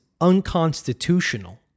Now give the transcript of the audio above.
unconstitutional